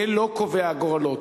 זה לא קובע גורלות.